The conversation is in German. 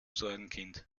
sorgenkind